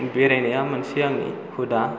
बेरायनाया मोनसे आंनि हुदा